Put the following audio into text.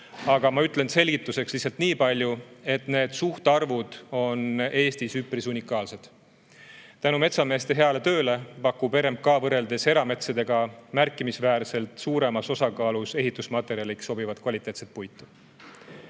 aga ütlen selgituseks niipalju, et need suhtarvud on Eestis üpris unikaalsed. Tänu metsameeste heale tööle pakub RMK võrreldes erametsadega märkimisväärselt suuremas osakaalus ehitusmaterjaliks sobivat kvaliteetset puitu.